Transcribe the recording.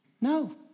No